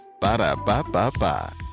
Ba-da-ba-ba-ba